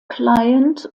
client